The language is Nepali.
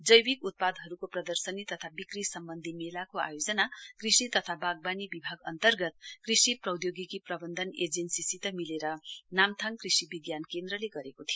जैविक उत्पादहरूको प्रदर्शनी तथा बिक्री सम्बन्धी मेलाको आयोजना कृषि तथा वाग्वानी विभाग अन्तर्गत कृषि प्रौद्योगिकी प्रबन्धन एजेन्सीसित मिलेर नाम्थाङकृषि विज्ञान केन्द्रले गरेको थियो